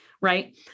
right